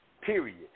period